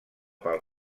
pel